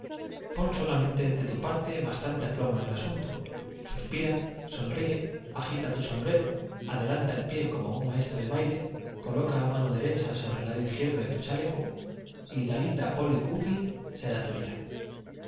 pon solamente de tu parte bastante aplomo en el asunto suspira sonríe agita tu sombrero adelanta el pie como un maestro de baile coloca la mano derecha sobre el lado izquierdo de tu chaleco y la linda polly gookin será tuya